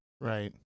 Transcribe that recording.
Right